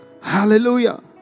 Hallelujah